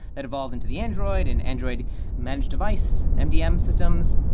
that evolved into the android and android managed device, mdm systems.